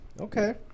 Okay